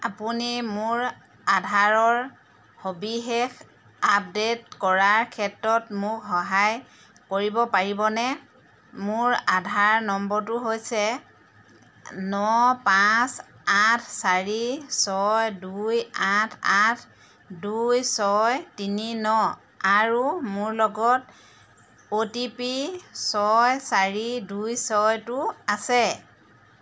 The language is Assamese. আপুনি মোৰ আধাৰৰ সবিশেষ আপডে'ট কৰাৰ ক্ষেত্ৰত মোক সহায় কৰিব পাৰিবনে মোৰ আধাৰ নম্বৰটো হৈছে ন পাঁচ আঠ চাৰি ছয় দুই আঠ আঠ দুই ছয় তিনি ন আৰু মোৰ লগত অ' টি পি ছয় চাৰি দুই ছয়টো আছে